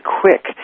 quick